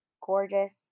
gorgeous